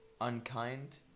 unkind